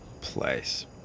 place